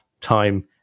time